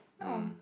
oh